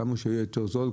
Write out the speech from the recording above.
כמה שהוא יהיה יותר זול,